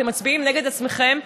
אתם מצביעים נגד עצמכם,